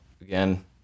again